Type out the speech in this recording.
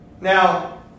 Now